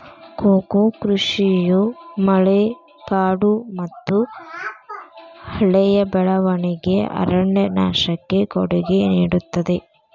cocoa ಕೃಷಿಯು ಮಳೆಕಾಡುಮತ್ತುಹಳೆಯ ಬೆಳವಣಿಗೆಯ ಅರಣ್ಯನಾಶಕ್ಕೆ ಕೊಡುಗೆ ನೇಡುತ್ತದೆ